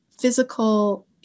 physical